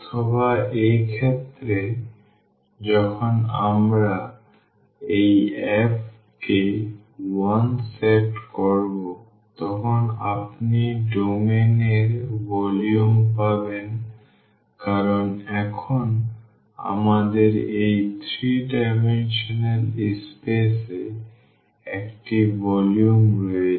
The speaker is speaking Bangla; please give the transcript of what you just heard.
অথবা এই ক্ষেত্রে যখন আমরা এই f কে 1 সেট করব তখন আপনি ডোমেইন এর ভলিউম পাবেন কারণ এখন আমাদের এই 3 ডাইমেনশনাল স্পেস এ একটি ভলিউম রয়েছে